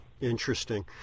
Interesting